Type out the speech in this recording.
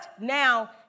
now